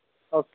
okay